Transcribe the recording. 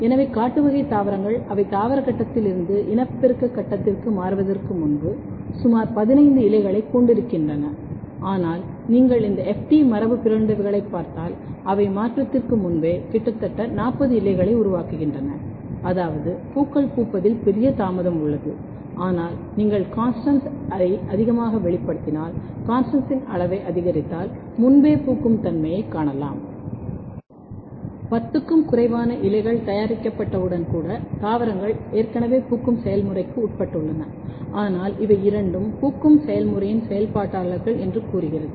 எனவே காட்டு வகை தாவரங்கள் அவை தாவர கட்டத்தில் இருந்து இனப்பெருக்க கட்டத்திற்கு மாறுவதற்கு முன்பு சுமார் 15 இலைகளைக் கொண்டிருக்கின்றன ஆனால் நீங்கள் இந்த FT மரபுபிறழ்ந்தவைகளைப் பார்த்தால் அவை மாற்றத்திற்கு முன்பே கிட்டத்தட்ட 40 இலைகளை உருவாக்குகின்றன அதாவது பூக்கள் பூப்பதில் ஒரு பெரிய தாமதம் உள்ளது ஆனால் நீங்கள் CONSTANS T ஐ அதிகமாக வெளிப்படுத்தினால் CONSTANS T இன் அளவை அதிகரித்தால் முன்பே பூக்கும் தன்மையைக் காணலாம்